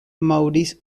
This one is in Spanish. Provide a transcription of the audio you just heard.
maurice